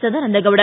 Sadananda Gowda